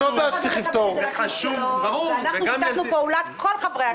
ביום אחד בלתי אפשרי לפתור בעיה כל כך מורכבת של שנה.